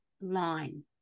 line